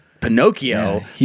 Pinocchio